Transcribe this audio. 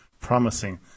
promising